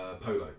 polo